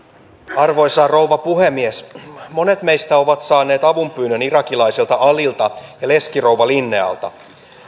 arvoisa rouva puhemies monet meistä ovat saaneet avunpyynnön irakilaiselta alilta ja leskirouva linnealta